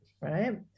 right